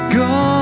go